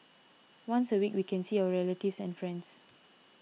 once a week we can see our relatives and friends